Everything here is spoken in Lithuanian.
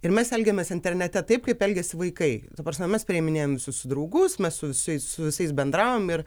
ir mes elgiamės internete taip kaip elgiasi vaikai ta prasme mes priiminėjam visus į draugus mes su visais su visais bendraujam ir